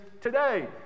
today